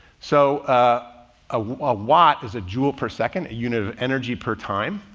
so ah ah a watt is a jewel per second, a unit of energy per time.